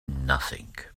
nothing